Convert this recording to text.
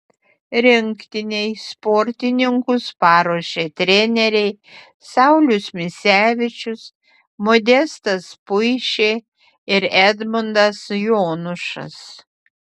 rinktinei sportininkus paruošė treneriai saulius misevičius modestas puišė ir edmundas jonušas